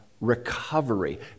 recovery